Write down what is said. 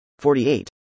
48